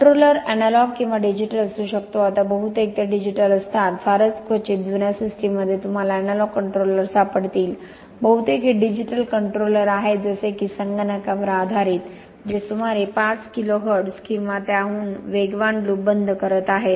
controller analogue किंवा digital असू शकतो आता बहुतेक ते डिजिटल असतात फार क्वचितच जुन्या सिस्टममध्ये तुम्हाला एनालॉग कंट्रोलर सापडतील बहुतेक हे डिजिटल कंट्रोलर आहेत जसे की संगणकावर आधारित जे सुमारे 5 kHz किंवा त्याहून वेगवान लूप बंद करत आहेत